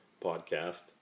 podcast